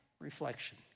reflection